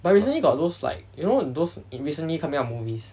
but recently got those like you know those in recently coming out movies